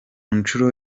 nshuro